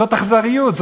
זאת אכזריות,